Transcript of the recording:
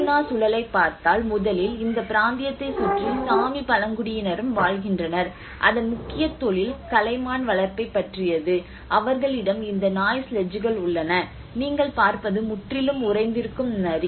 கிருணா சூழலைப் பார்த்தால் முதலில் இந்த பிராந்தியத்தைச் சுற்றி சாமி பழங்குடியினரும் வாழ்கின்றனர் அதன் முக்கிய தொழில் கலைமான் வளர்ப்பைப் பற்றியது அவர்களிடம் இந்த நாய் ஸ்லெட்ஜ்கள் உள்ளன நீங்கள் பார்ப்பது முற்றிலும் உறைந்திருக்கும் நதி